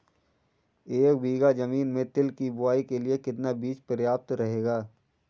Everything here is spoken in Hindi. एक बीघा ज़मीन में तिल की बुआई के लिए कितना बीज प्रयाप्त रहेगा?